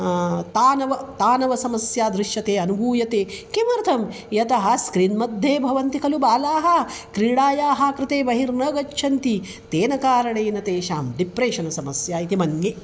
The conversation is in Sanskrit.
तानव तानव समस्या दृश्यते अनुभूयते किमर्थं यतः स्क्रीन् मध्ये भवन्ति खलु बालाः क्रीडायाः कृते बहिर्न गच्छन्ति तेन कारणेन तेषां डिप्रेषन् समस्या इति मन्ये